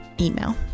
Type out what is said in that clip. email